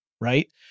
Right